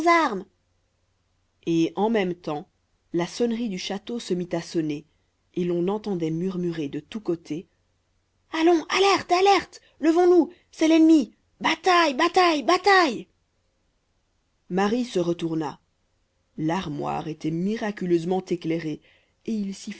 et en même temps la sonnerie du château se mit à sonner et l'on entendait murmurer de tous côtés allons alerte alerte levons nous c'est l'ennemi bataille bataille bataille marie se retourna l'armoire était miraculeusement éclairée et il s'y